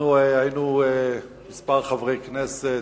אנחנו היינו כמה חברי כנסת,